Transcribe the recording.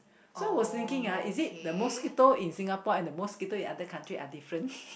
so I was thinking ah is it the mosquito in Singapore and the mosquito in other country are different